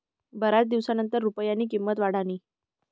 बराच दिवसनंतर रुपयानी किंमत वाढनी